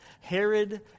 Herod